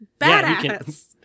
badass